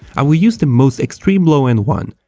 i will use the most extreme low end one.